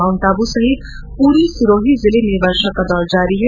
माउंटआबू सहित पूरे सिरोही जिले में वर्षा का दौर जारी है